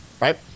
right